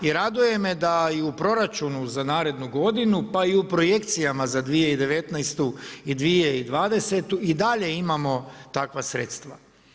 I raduje me da u proračunu za narednu godinu pa i u projekcijama za 2019. i 2020. i dalje imamo takva sredstva.